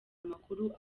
amakuru